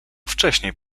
wcześniej